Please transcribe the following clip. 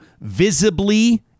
visibly